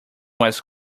was